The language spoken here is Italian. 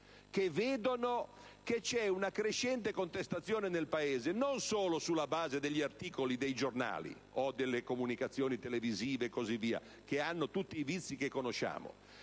che vedono che c'è una crescente contestazione nel Paese, non solo sulla base degli articoli dei giornali o delle comunicazioni televisive, e così via (che hanno tutti i vizi che conosciamo),